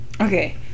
Okay